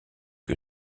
que